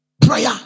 prayer